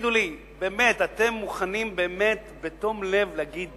תגידו לי באמת, אתם מוכנים באמת בתום לב להגיד